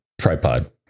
tripod